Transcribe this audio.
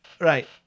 Right